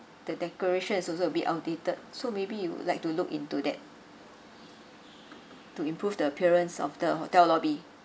the decoration is also a bit outdated so maybe you'd like to look into that to improve the appearance of the hotel lobby